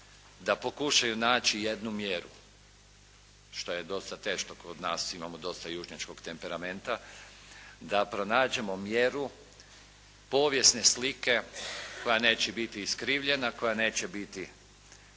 da pokušaju naći jednu mjeru, što je dosta teško kod nas, imamo dosta južnjačkog temperamenta, da pronađemo mjeru povijesne slike koja neće biti iskrivljena, koja neće biti